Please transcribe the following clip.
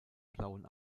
blauen